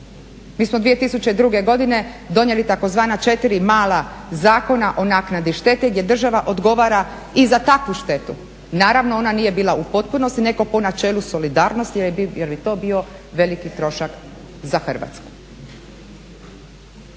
Mi smo 2002. godine donijeli tzv. četiri mala zakona o naknadi štete gdje država odgovara i za takvu štetu. Naravno ona nije bila u potpunosti, nego po načelu solidarnosti jer bi to bio veliki trošak za Hrvatsku.